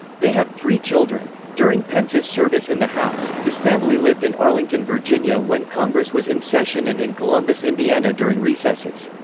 they have three children. during pence's service in the house, his family lived in arlington, virginia when congress was in session and in columbus, indiana during recesses.